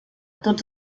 tots